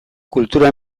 kultura